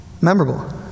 memorable